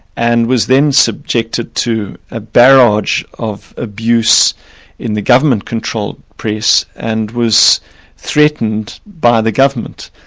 and was then subjected to a barrage of abuse in the government-controlled press and was threatened by the government.